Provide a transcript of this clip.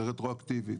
זה רטרואקטיבית.